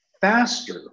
faster